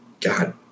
god